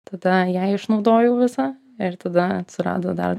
tada ją išnaudojau visą ir tada atsirado dar